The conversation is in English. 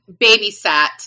babysat